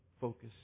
focus